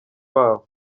wabo